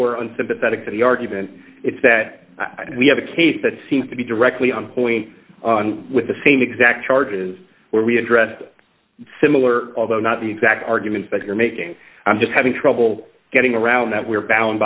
are unsympathetic to the argument it's that we have a case that seems to be directly on point with the same exact charges where we addressed similar although not the exact arguments that you're making i'm just having trouble getting around that we're bound